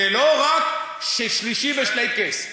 זה לא רק "שלישי בשלייקעס",